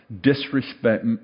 disrespect